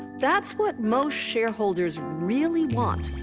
that's what most shareholders really want.